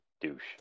douche